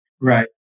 Right